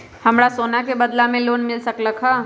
हमरा सोना के बदला में लोन मिल सकलक ह?